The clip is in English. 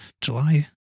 july